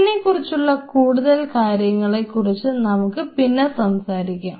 ഇതിനെക്കുറിച്ചുള്ള കൂടുതൽ കാര്യങ്ങളെക്കുറിച്ച് നമുക്ക് പിന്നെ സംസാരിക്കാം